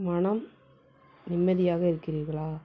மனம் நிம்மதியாக இருக்கிறீர்களா